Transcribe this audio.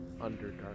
underdark